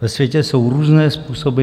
Ve světě jsou různé způsoby.